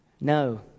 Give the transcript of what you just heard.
No